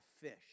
fish